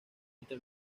entre